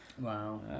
wow